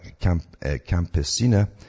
Campesina